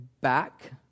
back